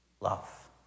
love